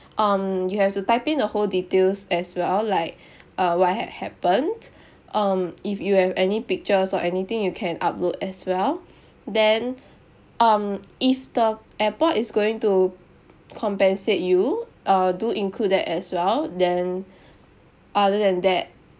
um you have to type in the whole details as well like uh what had happened um if you have any pictures or anything you can upload as well then um if the airport is going to compensate you uh do include that as well then other than that